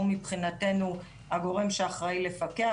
שהוא מבחינתנו הגורם שאחראי לפקח.